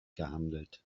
gehandelt